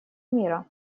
мира